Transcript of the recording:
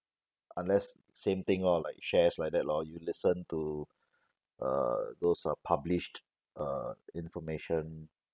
unless same thing lor like shares like that lor you listen to uh those uh published uh information